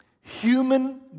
Human